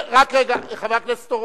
חבר הכנסת זחאלקה,